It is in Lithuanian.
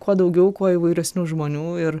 kuo daugiau kuo įvairesnių žmonių ir